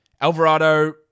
Alvarado